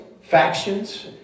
factions